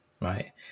right